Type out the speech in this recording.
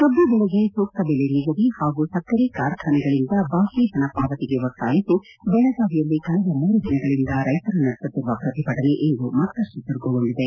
ಕಬ್ಬು ಬೆಳೆಗೆ ಸೂಕ್ತ ಬೆಲೆ ನಿಗದಿ ಹಾಗೂ ಸ್ಕರೆ ಕಾರ್ಖಾನೆಗಳಂದ ಬಾಕಿ ಹಣ ಪಾವತಿಗೆ ಒತ್ತಾಯಿಸಿ ದೆಳಗಾವಿಯಲ್ಲಿ ಕಳೆದ ಮೂರು ದಿನಗಳಂದ ರೈತರು ನಡೆಸುತ್ತಿರುವ ಪ್ರತಿಭಟನೆ ಇಂದು ಇನ್ನಷ್ಟು ಚುರುಕುಗೊಂಡಿದೆ